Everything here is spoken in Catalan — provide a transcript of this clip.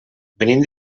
venim